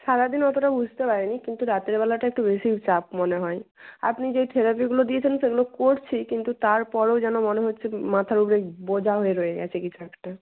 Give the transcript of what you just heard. সারা দিন অতটা বুঝতে পারিনা কিন্তু রাতের বেলাটায় একটু বেশিই চাপ মনে হয় আপনি যেই থেরাপিগুলো দিয়েছেন সেগুলো করছি কিন্তু তার পরেও যেন মনে হচ্ছে মাথার উপরে বোঝা হয়ে রয়ে গেছে কিছু একটা